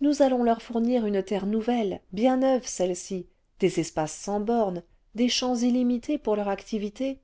nous allons leur fournir une terre nouvelle bien neuve celle-ci des espaces sans bornes des champs illimités pour leur activité